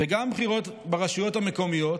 גם בחירות ברשויות המקומיות,